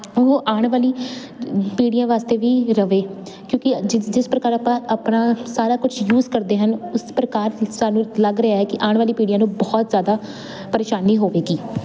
ਉਹ ਆਉਣ ਵਾਲੀ ਪੀੜ੍ਹੀਆਂ ਵਾਸਤੇ ਵੀ ਰਹੇ ਕਿਉਂਕਿ ਜਿਸ ਜਿਸ ਪ੍ਰਕਾਰ ਆਪਾਂ ਆਪਣਾ ਸਾਰਾ ਕੁਛ ਯੂਜ ਕਰਦੇ ਹਨ ਉਸ ਪ੍ਰਕਾਰ ਸਾਨੂੰ ਲੱਗ ਰਿਹਾ ਹੈ ਕਿ ਆਉਣ ਵਾਲੀ ਪੀੜ੍ਹੀਆਂ ਨੂੰ ਬਹੁਤ ਜ਼ਿਆਦਾ ਪਰੇਸ਼ਾਨੀ ਹੋਵੇਗੀ